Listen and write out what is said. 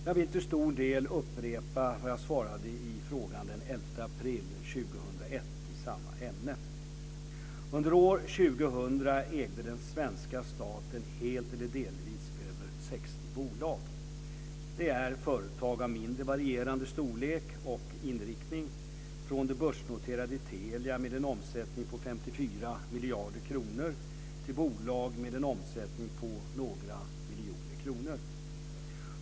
Jag vill till stor del upprepa vad jag svarade i frågan den 11 april 2001 i samma ämne. Under år 2000 ägde den svenska staten helt eller delvis över 60 bolag. Det är företag av varierande storlek och inriktning; från det börsnoterade Telia med en omsättning på 54 miljarder kronor till bolag med en omsättning på några miljoner kronor.